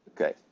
Okay